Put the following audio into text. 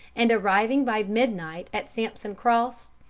and arriving by midnight at sampson cross,